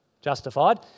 justified